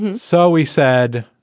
and so we said,